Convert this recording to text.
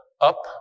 up